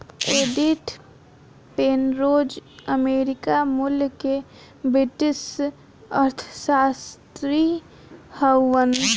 Edith Penrose America मूल के British अर्थशास्त्री हउवन